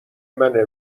منه